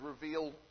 reveal